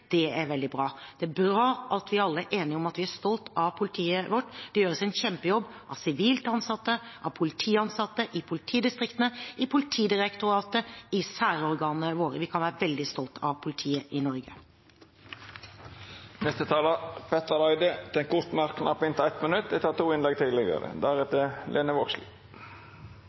Det er veldig bra. Det er bra at vi alle er enige om at vi er stolt av politiet vårt. Det gjøres en kjempejobb av sivilt ansatte, av politiansatte, i politidistriktene, i Politidirektoratet og i særorganene våre. Vi kan være veldig stolt av politiet i Norge. Representanten Petter Eide har hatt ordet to gonger tidlegare og får ordet til ein kort merknad, avgrensa til 1 minutt.